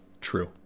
True